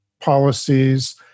policies